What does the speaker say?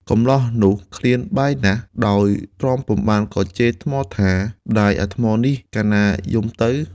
អ្នកកម្លោះនោះឃ្លានបាយណាស់ ដោយទ្រាំពុំបានក៏ជេរថ្មថា "ម្តាយអាថ្មនេះ! កាលណាយំទៅ"។